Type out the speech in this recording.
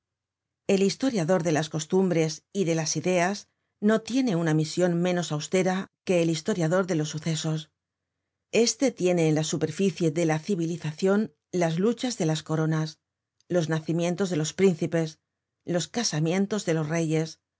el historiador de las costumbres y de las ideas no tiene una mision menos austera que el historiador de los sucesos este tiene en la superficie de la civilizacion las luchas de las coronas los nacimientos de los príncipes los casamientos de los reyes